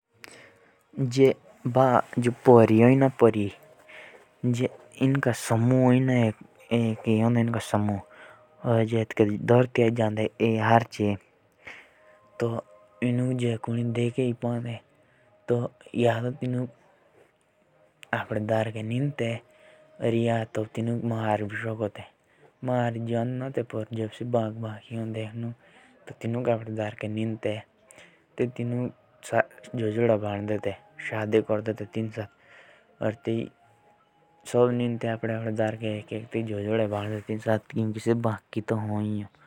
जो परिया भी हो सेई स्वर्ग मुझा हो। औ अर जे सेइ धरतियाच जदि आये औ र एटकी जदि आर्चे औ कोसी हिंसणोक मिलदी। तौ से तेणुसे जोजोदा बन्दा था कैकी परिया बौउती बैंकि हो।